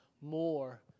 more